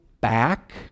back